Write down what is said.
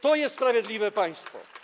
To jest sprawiedliwe państwo.